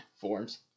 Forms